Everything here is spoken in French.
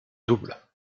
double